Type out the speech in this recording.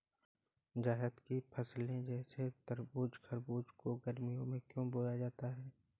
जायद की फसले जैसे तरबूज़ खरबूज को गर्मियों में क्यो बोया जाता है?